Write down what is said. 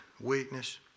weakness